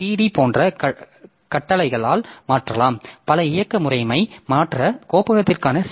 D போன்ற கட்டளையால் மாற்றலாம் பல இயக்க முறைமை மாற்ற கோப்பகத்திற்கான சி